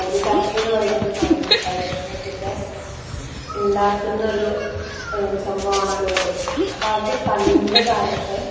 ഓട് ഫാക്ട്രീ എന്ന് പറയുന്നത് കൺ കളിമണ്ണുമായിട്ടൊക്കെ ഉണ്ടാക്കുന്ന ഒരു സംഭവമാണല്ലോ ഓട് അപ്പം അത് പണ്ട് കാലത്തെ